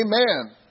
amen